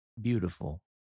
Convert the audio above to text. Beautiful